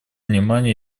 внимание